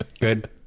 Good